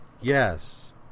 yes